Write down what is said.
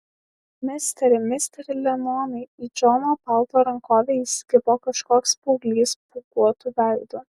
misteri misteri lenonai į džono palto rankovę įsikibo kažkoks paauglys spuoguotu veidu